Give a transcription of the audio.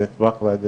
אני אשמח להגיד